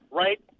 right